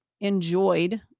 enjoyed